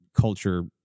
culture